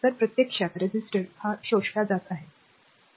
तर रेझिस्टर प्रत्यक्षात शोषला जातो म्हणूनच हा मार्ग योग्य दर्शवितो